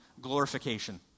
glorification